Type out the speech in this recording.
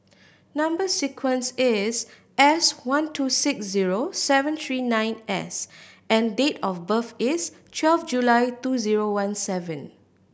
number sequence is S one two six zero seven three nine S and date of birth is twelve July two zero one seven